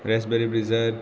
raspberry Breezer